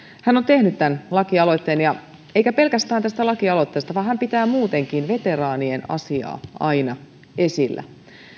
hän on tehnyt tämän lakialoitteen enkä pelkästään tästä lakialoitteesta vaan hän pitää muutenkin veteraanien asiaa aina esillä